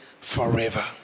forever